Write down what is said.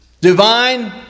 divine